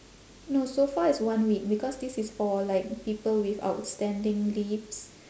no so far it's one week because this is for like people with outstanding leaves